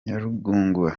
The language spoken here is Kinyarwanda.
nyarugunga